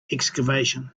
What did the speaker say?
excavation